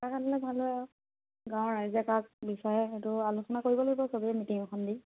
কাক আনিলে ভাল হয় আৰু গাঁৱৰ ৰাইজে কাক বিচাৰে সেইটো আলোচনা কৰিব লাগিব সবেই মিটিং এখন দি